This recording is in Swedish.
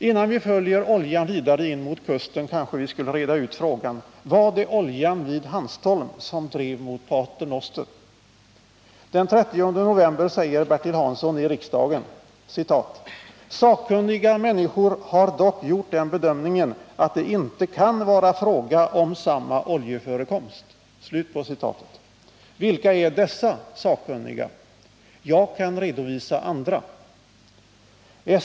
Innan vi följer oljan vidare in mot kusten kanske vi skulle reda ut frågan: Var det oljan vid Hanstholm som drev mot Pater Noster? Den 30 november 1978 säger Bertil Hansson i riksdagen: ”Sakkunniga människor har dock gjort den bedömningen att det inte kan vara fråga om samma oljeförekomst.” Vilka är dessa sakkunniga? Jag kan redovisa andra.